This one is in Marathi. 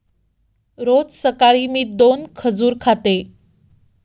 रोज सकाळी मी दोन खजूर खाते